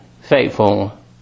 faithful